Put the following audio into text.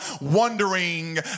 wondering